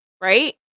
right